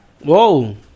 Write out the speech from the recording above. Whoa